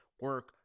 Work